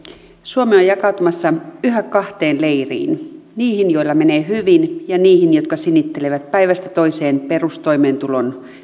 suomi on jakautumassa yhä kahteen leiriin niihin joilla menee hyvin ja niihin jotka sinnittelevät päivästä toiseen perustoimeentulon